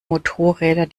motorräder